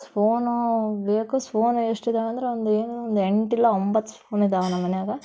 spoon ಬೇಕು spoon ಎಷ್ಟು ಇದಾವೆ ಅಂದ್ರೆ ಏನು ಒಂದು ಎಂಟು ಇಲ್ಲ ಒಂಬತ್ತು ಸ್ಫೂನ್ ಇದಾವೆ ನಮ್ಮ ಮನ್ಯಾಗೆ